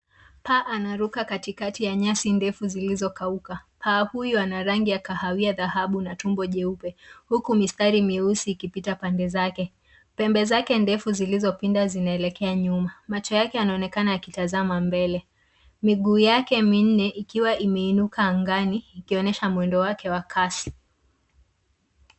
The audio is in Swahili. Paa anaruka katikati ya nyasi ndefu zilizokauka. Paa huyu ana rangi ya kahawia dhahabu na tumbo jeupe huku mistari mieusi ikipita pande zake. Pembe zake ndefu zilizopinda zinaelekea nyuma. Macho yake yanaonekana yakitazama mbele. Miguu yake minne ikiwa imeinuka angani ikionyesha mwendo wake wa kasi.